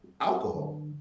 alcohol